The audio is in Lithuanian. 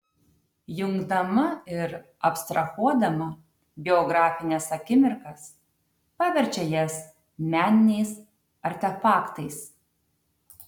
jungdama ir abstrahuodama biografines akimirkas paverčia jas meniniais artefaktais